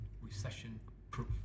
recession-proof